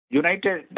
united